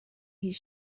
his